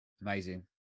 Amazing